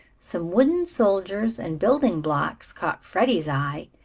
some wooden soldiers and building blocks caught freddie's eye,